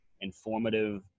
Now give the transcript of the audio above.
informative